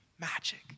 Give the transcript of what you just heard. magic